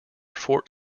fort